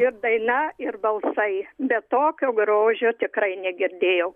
ir daina ir balsai bet tokio grožio tikrai negirdėjau